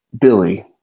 Billy